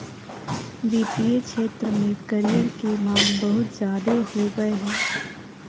वित्तीय क्षेत्र में करियर के माँग बहुत ज्यादे होबय हय